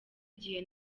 igihe